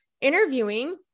interviewing